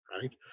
right